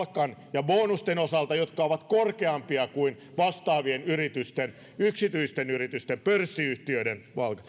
ja bonusten osalta jotka ovat korkeampia kuin vastaavien yritysten yksityisten yritysten pörssiyhtiöiden palkat